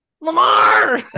lamar